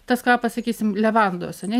tas kvapas sakysim levandos ane